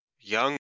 Young